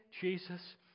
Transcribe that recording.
Jesus